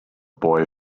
boy